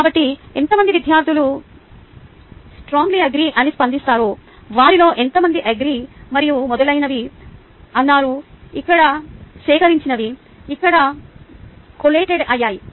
కాబట్టి ఎంతమంది విద్యార్థులు స్త్రొంగ్ల్య్ అగ్రీ అని స్పందిస్తారో వారిలో ఎంతమంది అగ్రీ మరియు మొదలైనవి అన్నారు ఇక్కడ సేకరించినవి ఇక్కడ కొల్లాటెడ్ అయ్యాయి